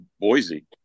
Boise